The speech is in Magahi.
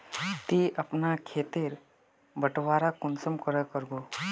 ती अपना खेत तेर बटवारा कुंसम करे करबो?